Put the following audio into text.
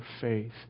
faith